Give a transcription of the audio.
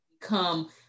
become